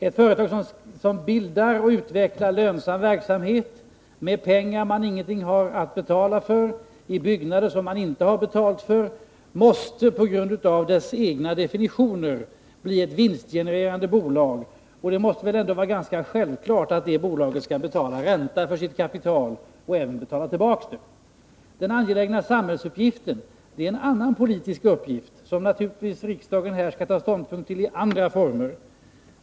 Ett företag som bildar och utvecklar lönsam verksamhet med pengar som man inte betalar för och i byggnader som man inte har betalat för, måste — på grund av dess egna definitioner — bli ett vinstgenererande bolag. Och det måste ändå vara ganska självklart att det bolaget skall betala ränta på sitt kapital och även betala tillbaka kapitalet. Vad beträffar den angelägna samhällsuppgiften är den en annan politisk uppgift, som riksdagen naturligtvis skall ta ställning till i andra former.